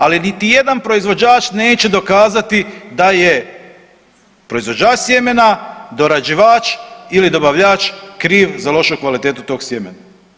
Ali niti jedan proizvođač neće dokazati da je proizvođač sjemena dorađivač ili dobavljač kriv za lošu kvalitetu tog sjemena.